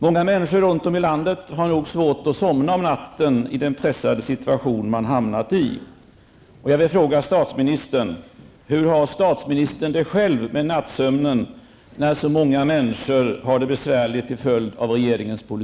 Många människor runt om i landet har nog svårt att somna om natten på grund av den pressade situation man hamnat i.